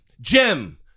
Jim